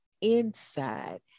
inside